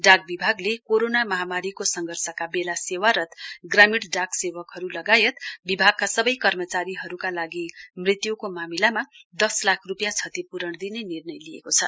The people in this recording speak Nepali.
डाक विभागले कोरोना महामारीको संघर्षका बेला सेवारत ग्रामीण डाक सेवकहरू लगायत विभागका सबै कर्मचारीहरूका लागि मृत्युको मामिलामा दस लाख रूपियाँ क्षतिप्ररण दिने निर्णय लिएको छ